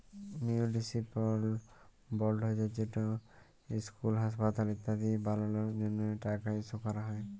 municipal বল্ড হছে যেট ইসকুল, হাঁসপাতাল ইত্যাদি বালালর জ্যনহে টাকা ইস্যু ক্যরা হ্যয়